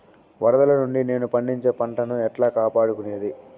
వరదలు నుండి నేను పండించే పంట ను ఎట్లా కాపాడుకునేది?